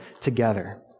together